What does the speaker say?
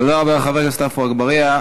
תודה רבה לחבר הכנסת עפו אגבאריה.